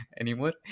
anymore